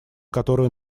которую